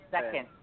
second